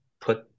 put